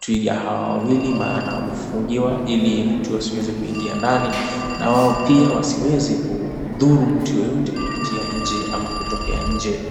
Twiga hawa wawili maana wamefungiwa ili mtu asiweze kuingia ndani na wao pia wasiweze kudhuru mtu yeyote kupitia nje ama kutokea nje.